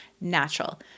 natural